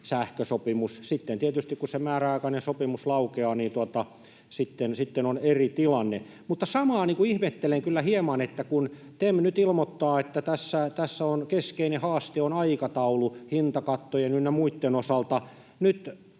Sitten tietysti kun se määräaikainen sopimus laukeaa, on eri tilanne. Samaa ihmettelen kyllä hieman, että TEM nyt ilmoittaa, että tässä keskeinen haaste on aikataulu hintakattojen ynnä muitten osalta.